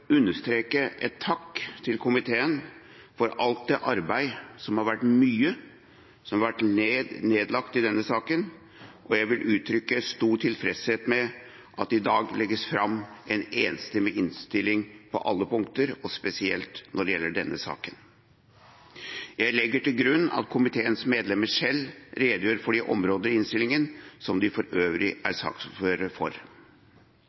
understreke en takk til komiteen for alt det arbeid, det har vært mye, som har vært nedlagt i denne saken, og jeg vil uttrykke stor tilfredshet med at det i dag legges fram en enstemmig innstilling på alle punkter, og spesielt når det gjelder denne saken. Jeg legger til grunn at komiteens medlemmer selv redegjør for de områder i innstillingen som de for øvrig er saksordfører for.